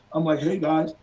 i'm like hey guys,